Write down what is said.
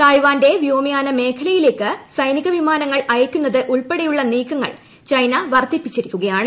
തായ്വാന്റെ വ്യോമയാന മേഖലയിലേക്ക് സൈനിക വിമാനങ്ങൾ അയക്കുന്നത് ഉൾപ്പടെയുള്ള നീക്കങ്ങൾ ചൈന വർദ്ധിപ്പിച്ചിരിക്കുകയാണ്